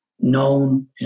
known